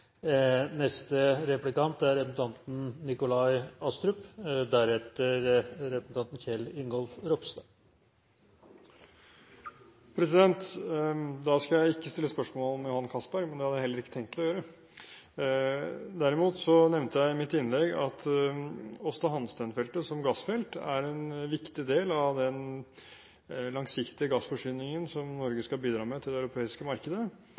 Da skal jeg ikke stille spørsmål om Johan Castberg, men det hadde jeg heller ikke tenkt å gjøre. Derimot nevnte jeg i mitt innlegg at Aasta Hansteen-feltet som gassfelt er en viktig del av den langsiktige gassforsyningen som Norge skal bidra med til det europeiske markedet.